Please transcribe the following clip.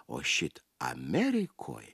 o šit amerikoj